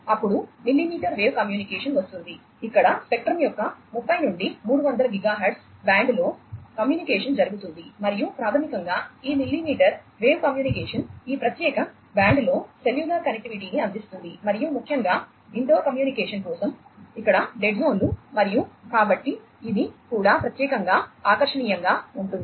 అప్పుడు millimetre wave communication కోసం ఇక్కడ డెడ్ జోన్లు మరియు కాబట్టి ఇది కూడా ప్రత్యేకంగా ఆకర్షణీయంగా ఉంటుంది